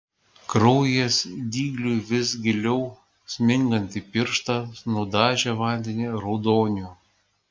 kraujas dygliui vis giliau smingant į pirštą nudažė vandenį raudoniu